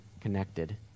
connected